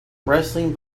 wrestling